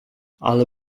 ale